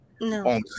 No